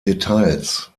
details